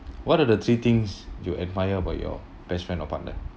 what are the three things you admire about your best friend or partner